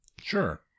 Sure